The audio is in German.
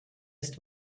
ist